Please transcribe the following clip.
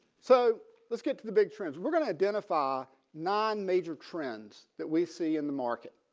so let's get to the big trends we're going to identify non major trends that we see in the market.